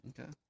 Okay